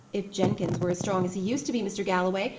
if jenkins were as strong as he used to be, mr. galloway,